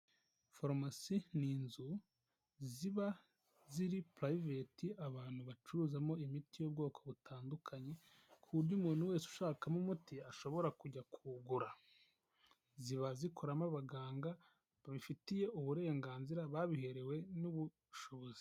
Pharmacy ni inzu ziba ziri private, abantu bacuruzamo imiti y'ubwoko butandukanye, ku buryo umuntu wese ushakamo umuti ashobora kujya kuwugura. Ziba zikoramo abaganga babifitiye uburenganzira, babiherewe n'ubushobozi.